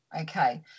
Okay